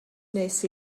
nes